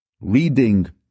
reading